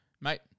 Mate